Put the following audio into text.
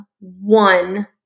one